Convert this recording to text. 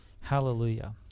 Hallelujah